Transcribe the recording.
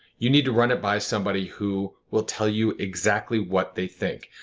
you need to run it by somebody who will tell you exactly what they think.